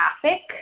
traffic